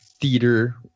theater